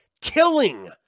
killing